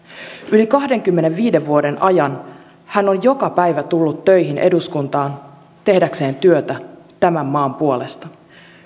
yli kahdenkymmenenviiden vuoden ajan hän on joka päivä tullut töihin eduskuntaan tehdäkseen työtä tämän maan puolesta